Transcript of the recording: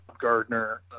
Gardner